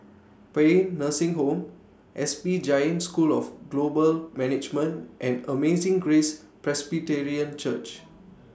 Paean Nursing Home S P Jain School of Global Management and Amazing Grace Presbyterian Church